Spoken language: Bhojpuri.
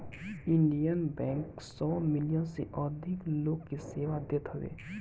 इंडियन बैंक सौ मिलियन से अधिक लोग के सेवा देत हवे